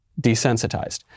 desensitized